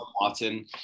Watson